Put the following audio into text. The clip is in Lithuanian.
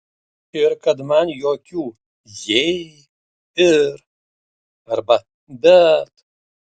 ir kad man jokių jei ir arba bet